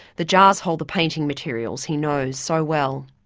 the jars hold the painting materials he knows so well.